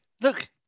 look